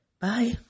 Bye